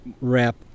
wrap